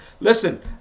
Listen